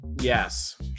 yes